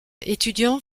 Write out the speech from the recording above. étudiant